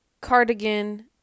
cardigan